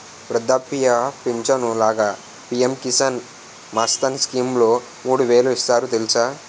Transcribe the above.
వృద్ధాప్య పించను లాగా పి.ఎం కిసాన్ మాన్ధన్ స్కీంలో మూడు వేలు ఇస్తారు తెలుసా?